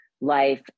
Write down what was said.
life